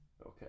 Okay